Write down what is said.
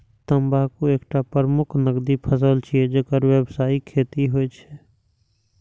तंबाकू एकटा प्रमुख नकदी फसल छियै, जेकर व्यावसायिक खेती होइ छै